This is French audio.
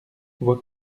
voie